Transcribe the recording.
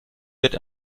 wird